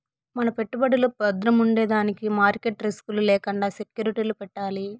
మన పెట్టుబడులు బద్రముండేదానికి మార్కెట్ రిస్క్ లు లేకండా సెక్యూరిటీలు పెట్టాలి